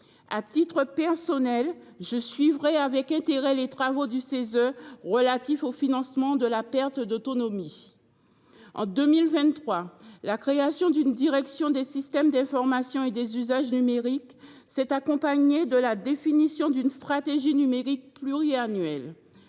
À titre personnel, je suivrai avec intérêt les travaux du Cese relatifs au financement de la perte d’autonomie. En 2023, la création d’une direction des systèmes d’information et des usages numériques s’est accompagnée de la définition d’une stratégie numérique pluriannuelle.